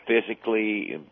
physically